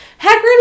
Hagrid